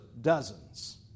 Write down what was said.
dozens